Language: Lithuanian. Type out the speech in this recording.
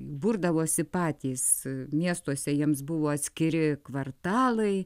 burdavosi patys miestuose jiems buvo atskiri kvartalai